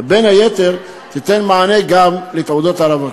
ובין היתר תיתן מענה גם על עניין תעודות הרווקות.